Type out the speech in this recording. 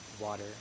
water